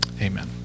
Amen